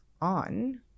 on